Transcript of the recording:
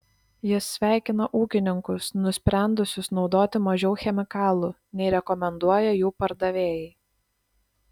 jis sveikina ūkininkus nusprendusius naudoti mažiau chemikalų nei rekomenduoja jų pardavėjai